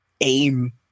aim